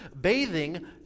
bathing